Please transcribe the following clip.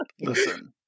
listen